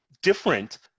different